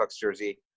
jersey